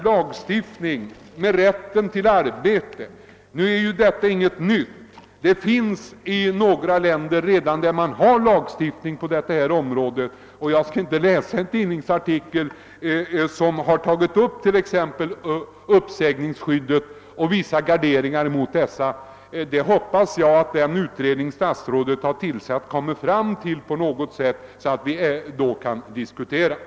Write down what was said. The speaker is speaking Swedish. | Lagstiftning om rätt till arbete är inget nytt. I några länder finns redan en sådan lagstiftning. Jag skall inte läsa upp en tidningsartikel som handlar om bl.a. uppsägningsskyddet. Jag hoppas att den utredning statsrådet har tillsatt kommer med ett förslag därom och att vi får diskutera det.